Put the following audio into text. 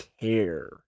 care